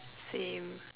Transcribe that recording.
same